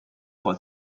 for